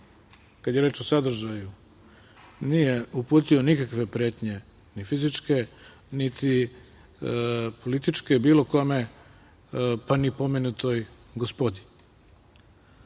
kad je reč o sadržaju, nije uputio nikakve pretnje, ni fizičke, niti političke, bilo kome, pa ni pomenutoj gospodi. To,